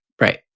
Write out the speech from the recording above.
Right